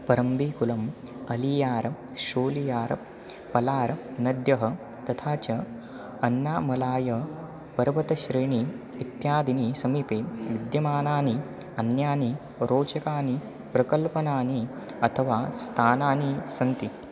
परम्बिकुलम् अलियार् शोलियार् पलार् नद्यः तथा च अण्णामलाय् पर्वतश्रेणी इत्यादीनि समीपे विद्यमानानि अन्यानि रोचकानि प्रकल्पनानि अथवा स्थानानि सन्ति